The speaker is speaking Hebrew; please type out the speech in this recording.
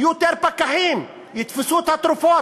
ויהיו יותר פקחים ויתפסו את התרופות.